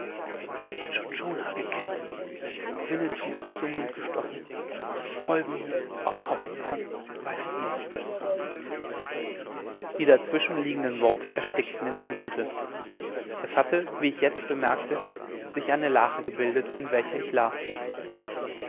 gekämpft winnetou dazu mund gestochen kolbenhieb auf kopf von weiß es nicht die dazwischen liegenden worte erstickten in dem blute es hatte wie ich jetzt bemerkte eine lache gebildet in welcher ich lag